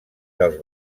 dels